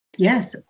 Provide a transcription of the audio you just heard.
Yes